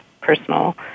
personal